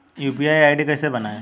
UPI ID कैसे बनाएं?